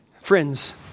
friends